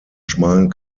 schmalen